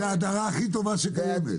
זו ההדרה הכי טובה שקיימת.